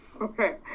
Okay